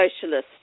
socialist